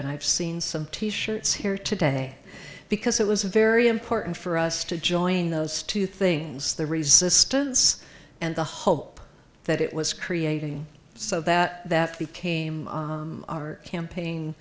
and i've seen some t shirts here today because it was a very important for us to join those two things the resistance and the hope that it was creating so that that became our campaign